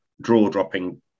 draw-dropping